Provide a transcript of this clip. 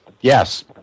yes